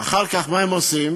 ואחר כך מה הם עושים?